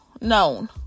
known